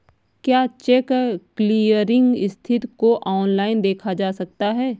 क्या cheque clearing स्थिति को ऑनलाइन देखा जा सकता है?